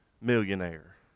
millionaire